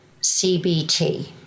CBT